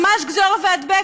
ממש גזור והדבק,